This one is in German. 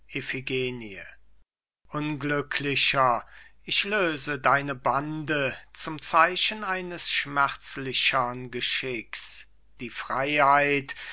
unglücklicher ich löse deine bande zum zeichen eines schmerzlichern geschicks die freiheit